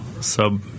sub